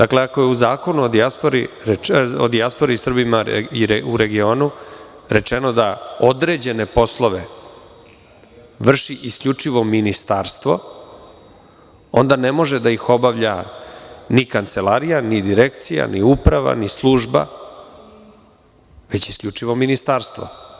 Ako je u Zakonu o dijaspori u regionu, rečeno da određene poslove vrši isključivo ministarstvo, onda ne može da ih obavlja ni kancelarija, ni direkcija, ni uprava, ni služba, već isključivo ministarstvo.